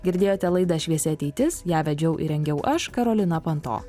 girdėjote laidą šviesi ateitis ją vedžiau ir rengiau aš karolina panto